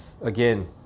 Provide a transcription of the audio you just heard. again